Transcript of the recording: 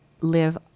live